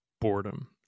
boredom